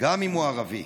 גם אם הוא ערבי.